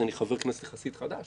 כי אני חבר כנסת יחסית חדש